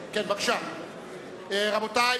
רבותי,